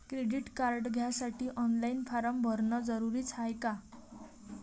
Credit card घ्यासाठी online form भरन जरुरीच हाय का?